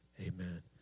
Amen